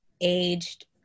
aged